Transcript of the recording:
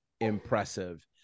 impressive